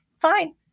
fine